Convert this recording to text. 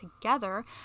together